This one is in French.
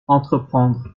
entreprendre